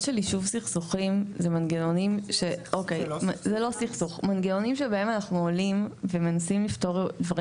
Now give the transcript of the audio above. מנגנונים שבהם אנחנו מנסים לפתור דברים